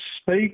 speak